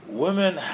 women